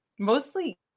Mostly